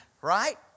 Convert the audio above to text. right